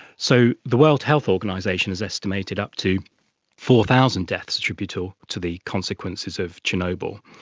so the world health organisation has estimated up to four thousand deaths attributable to the consequences of chernobyl,